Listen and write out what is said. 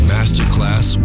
Masterclass